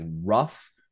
rough